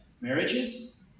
marriages